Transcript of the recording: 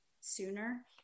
sooner